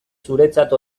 zuretzat